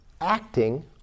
acting